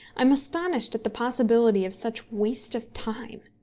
i am astonished at the possibility of such waste of time.